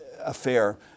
affair